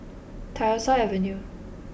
Tyersall Avenue